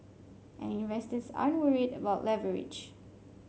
and investors aren't worried about leverage